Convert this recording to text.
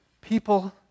people